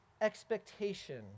expectation